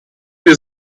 wir